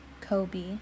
Kobe